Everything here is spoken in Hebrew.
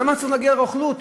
למה צריך להגיע לרוכלות?